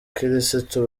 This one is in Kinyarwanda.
abakirisitu